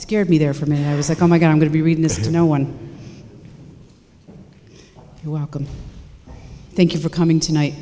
scared me there for me i was like oh my god i'm going to be reading this to no one you're welcome thank you for coming tonight